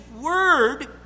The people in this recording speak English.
word